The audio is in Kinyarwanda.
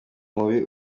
mubi